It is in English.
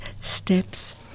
steps